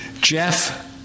Jeff